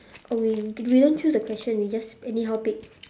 or we we don't chose the question we just anyhow pick